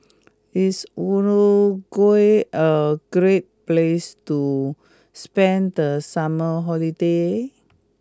is Uruguay a great place to spend the summer holiday